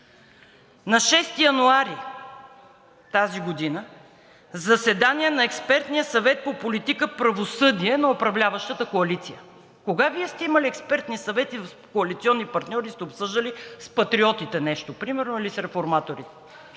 На 6 януари тази година заседание на Експертния съвет по политика правосъдие на управляващата коалиция. Кога Вие сте имали експертни съвети с коалиционни партньори и сте обсъждали с Патриотите нещо, примерно, или с Реформаторите?!